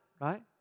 right